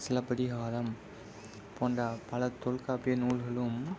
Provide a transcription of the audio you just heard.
சிலப்பதிகாரம் போன்ற பல தொல்காப்பிய நூல்களும்